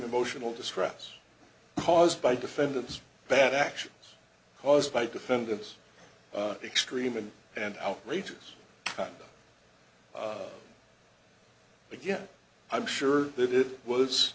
emotional distress caused by defendant's bad actions caused by defendant's extreme and and outrageous but again i'm sure that it was